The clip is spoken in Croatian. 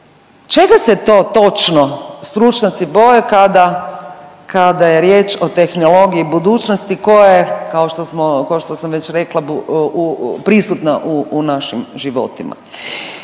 čega se to točno stručnjaci boje kada je riječ o tehnologiji budućnosti koja je kao što smo ko što sam već rekla prisutna u našim životima?